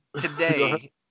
today